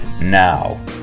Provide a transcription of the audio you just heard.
Now